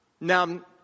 Now